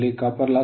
ಆದ್ದರಿಂದ ಇದು 0